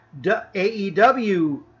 AEW